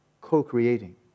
co-creating